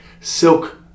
silk